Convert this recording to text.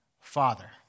Father